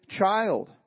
child